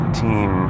team